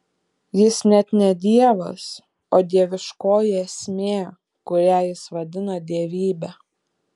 jis net ne dievas o dieviškoji esmė kurią jis vadina dievybe